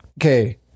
okay